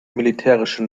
militärische